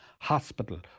hospital